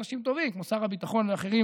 אנשים טובים כמו שר הביטחון ואחרים